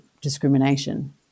discrimination